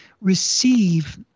receive